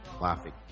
laughing